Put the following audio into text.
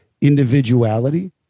individuality